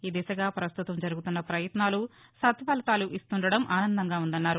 ఈ దిశగా ప్రస్తుతం జరుగుతున్న ప్రయత్నాలు సత్పలితాలు ఇస్తుండడం ఆనందంగా ఉందని అన్నారు